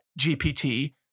GPT